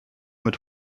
mit